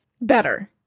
Better